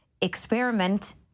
experiment